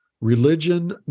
religion